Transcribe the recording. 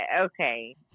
okay